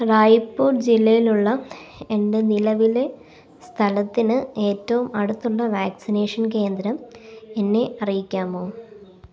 റായ്പൂർ ജില്ലയിലുള്ള എൻ്റെ നിലവിലെ സ്ഥലത്തിന് ഏറ്റവും അടുത്തുള്ള വാക്സിനേഷൻ കേന്ദ്രം എന്നെ അറിയിക്കാമോ